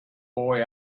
boy